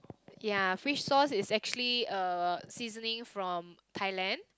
ya fish sauce is actually a seasoning from Thailand